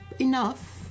enough